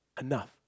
enough